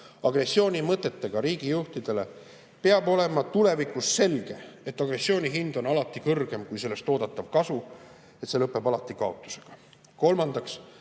Agressioonimõtetega riigijuhtidele peab olema tulevikus selge, et agressiooni hind on alati kõrgem kui sellest oodatav kasu, et see lõpeb alati